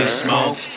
smoke